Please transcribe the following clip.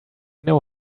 know